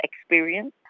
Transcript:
experience